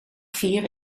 vier